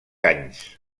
anys